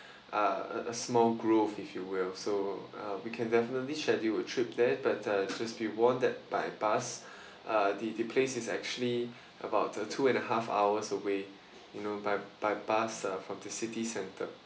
uh a small growth if you will so we can definitely schedule a trip there but uh just be warned that by bus uh the the place is actually about two and a half hours away you know by by bus ah from the city centre